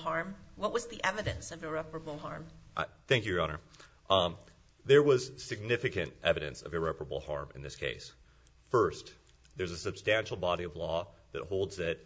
harm what was the evidence of irreparable harm i think your honor there was significant evidence of irreparable harm in this case first there's a substantial body of law that holds that